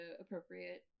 appropriate